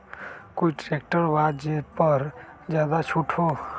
कोइ ट्रैक्टर बा जे पर ज्यादा छूट हो?